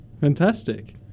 fantastic